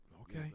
Okay